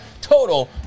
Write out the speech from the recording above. total